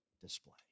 display